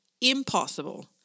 impossible